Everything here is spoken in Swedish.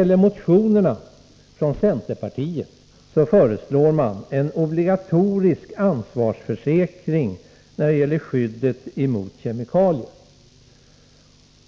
I motionerna från centerpartiet föreslås en obligatorisk ansvarsförsäkring när det gäller skyddet mot kemikalier.